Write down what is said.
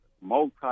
multi